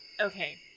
Okay